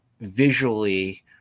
visually